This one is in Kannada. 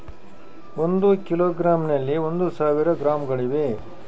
ಒಂದು ಕಿಲೋಗ್ರಾಂ ನಲ್ಲಿ ಒಂದು ಸಾವಿರ ಗ್ರಾಂಗಳಿವೆ